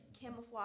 camouflage